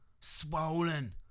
Swollen